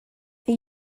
are